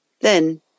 Then